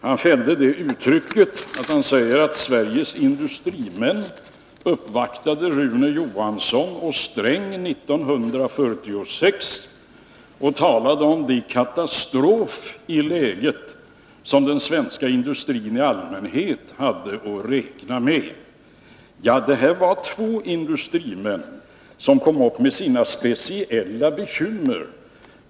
Han fällde det uttrycket att Sveriges industrimän uppvaktade Rune Johansson och Gunnar Sträng 1976 och talade om den katastrof i läget som den svenska industrin i allmänhet hade att räkna med. Det var två industrimän som kom upp med sina speciella bekymmer.